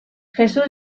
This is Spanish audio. jesús